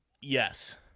Yes